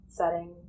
setting